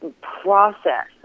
process